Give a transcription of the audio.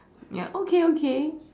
ya okay okay